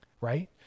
right